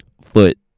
foot